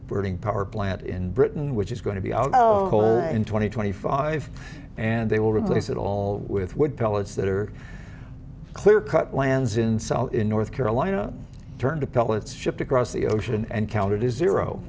burning power plant in britain which is going to be out o in twenty twenty five and they will replace it all with wood pellets that are clear cut lands in sell in north carolina turn to pellets shipped across the ocean and counter to zero